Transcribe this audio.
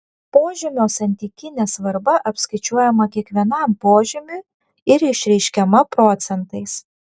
požymio santykinė svarba apskaičiuojama kiekvienam požymiui ir išreiškiama procentais